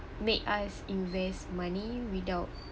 make us invest money without